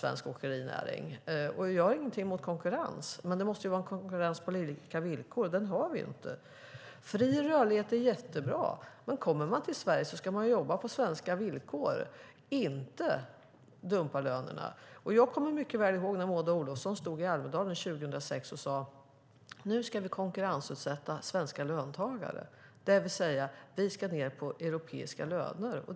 Jag har inget emot konkurrens, men det måste vara på lika villkor. Så är det inte. Fri rörlighet är jättebra, men kommer man till Sverige ska man jobba med svenska villkor och inte dumpa lönerna. Jag kommer ihåg när Maud Olofsson stod i Almedalen 2006 och sade: Nu ska vi konkurrensutsätta svenska löntagare. Med det menade hon att vi skulle ned på europeiska löner.